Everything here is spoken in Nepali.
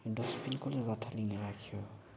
यो डस्टबिन कसले लथालिङ्ग राख्यो